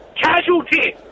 casualty